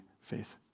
faith